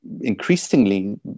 increasingly